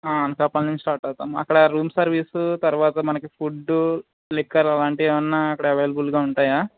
అనకాపల్లి నుంచి స్టార్ట్ అవుతాం అక్కడ రూమ్ సర్వీసు తర్వాత మనకి ఫుడ్డు లిక్కర్ అలాంటివి ఏవన్నా అక్కడ అవైలబుల్గా ఉంటాయా